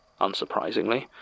unsurprisingly